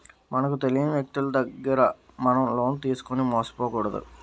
మనకు తెలియని వ్యక్తులు దగ్గర మనం లోన్ తీసుకుని మోసపోకూడదు